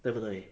对不对